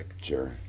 Sure